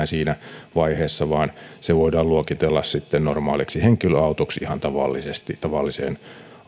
siinä vaiheessa vaan se voidaan luokitella normaaliksi henkilöautoksi ihan tavalliseen